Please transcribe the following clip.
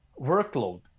workload